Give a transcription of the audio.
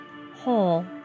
whole